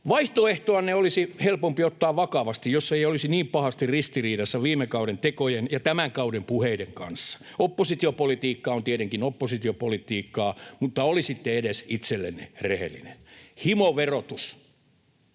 Vaihtoehtonne olisi helpompi ottaa vakavasti, jos se ei olisi niin pahasti ristiriidassa viime kauden tekojen ja tämän kauden puheiden kanssa. Oppositiopolitiikka on tietenkin oppositiopolitiikkaa, mutta olisitte edes itsellenne rehellinen. Himoverotus